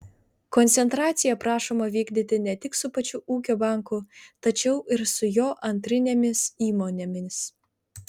koncentracija prašoma vykdyti ne tik su pačiu ūkio banku tačiau ir su jo antrinėmis įmonėmis